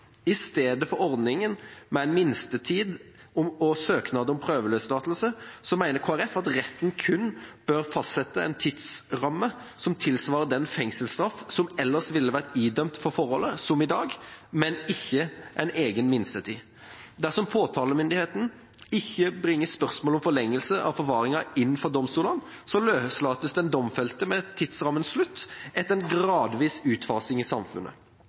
med en minstetid og søknad om prøveløslatelse mener Kristelig Folkeparti at retten kun bør fastsette en tidsramme som tilsvarer den fengselsstraffen som ellers ville vært idømt for forholdet, som i dag, men ikke en egen minstetid. Dersom påtalemyndigheten ikke bringer spørsmålet om forlengelse av forvaringa inn for domstolene, løslates den domfelte ved tidsrammens slutt, etter en gradvis utfasing i samfunnet.